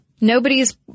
nobody's